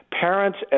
Parents